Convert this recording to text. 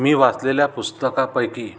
मी वाचलेल्या पुस्तकापैकी